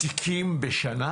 דן ב-88% מהתיקים בשנה,